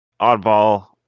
Oddball